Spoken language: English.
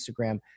Instagram